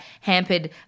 hampered